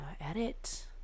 edit